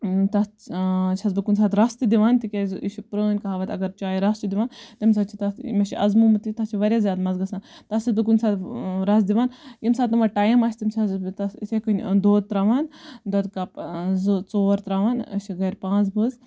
تتھ چھَس بہٕ کُنہِ ساتہٕ رَس تہِ دِوان تکیازِ یہِ چھ پرٲنۍ کَہاوَت اگر چایہِ رَس چھِ دِوان تمہِ ساتہٕ چھ تتھ مےٚ چھ اَزمومُت یہِ تتھ چھِ واریاہ زیاد مَزٕ گَژھان تتھ چھَس بہٕ کُنہِ ساتہٕ رَس دِوان ییٚمہِ ساتہٕ نہٕ وۄنۍ ٹایِم آسہِ تمہِ ساتہٕ چھَس بہٕ تتھ یِتھے کنۍ دۄد تراوان دۄدٕ کپ زٕ ژور تراوان أسۍ چھِ گَرٕ پانٛژھ بٲژ